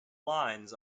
lines